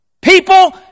People